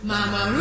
Mama